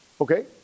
Okay